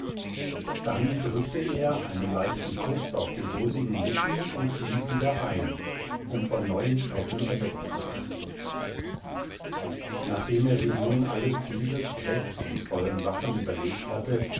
dann drückte er einen leichten kuß auf die rosigen lippen und schlief wieder ein um von neuen schrecken erweckt zu werden nachdem er sich nun alles dieses recht im vollen wachen überlegt hatte